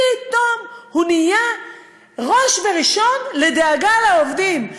פתאום הוא נהיה ראש וראשון לדאגה לעובדים.